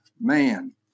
man